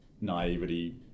naivety